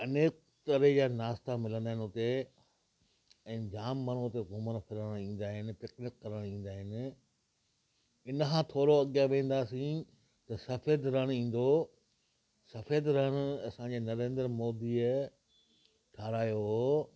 अनेक तरह जा नाश्ता मिलंदा आहिनि उते ऐं जाम माण्हू उते घुमण फिरण ईंदा आहिनि पिकनिक करण ईंदा आहिनि इन खां थोरो अॻियां वेंदासीं त सफ़ेद रण ईंदो सफ़ेद रण असांजे नरेंद्र मोदीअ ठाहिरायो हो